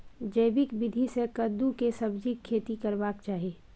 जैविक विधी से कद्दु के सब्जीक खेती करबाक चाही?